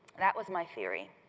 that was my theory.